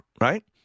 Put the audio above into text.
right